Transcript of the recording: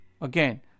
again